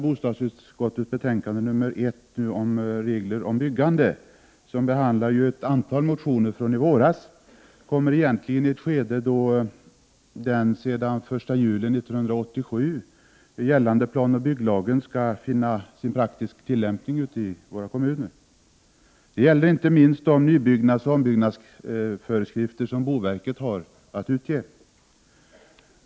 Bostadsutskottets betänkande 1 om regler om byggande, där ett antal motioner från i våras behandlas, kommer egentligen i ett skede då den sedan den 1 juli 1987 gällande planoch bygglagen skall finna sin praktiska tillämpning ute i kommunerna. Det gäller inte minst de nybyggnadsoch ombyggnadsföreskrifter som boverket har att utge.